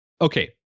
okay